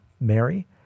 Mary